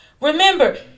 Remember